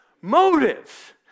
motives